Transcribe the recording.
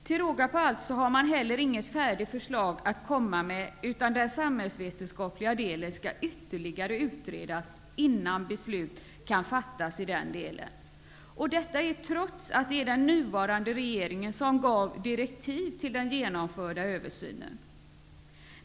Till råga på allt har man heller inget färdigt förslag att komma med, utan den samhällsvetenskapliga delen skall ytterligare utredas innan beslut kan fattas i den delen -- detta trots att det var den nuvarande regeringen som gav direktiv till den genomförda översynen.